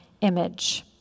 image